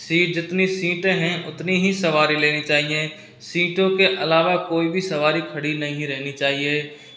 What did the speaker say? seat जितनी सीटें है उतनी ही सवारी लेनी चाहिए सीटों के अलावा कोई भी सवारी खड़ी नहीं रहनी चाहिए